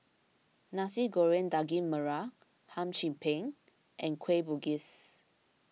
Nasi Goreng Daging Merah Hum Chim Peng and Kueh Bugis